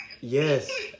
Yes